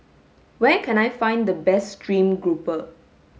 where can I find the best stream grouper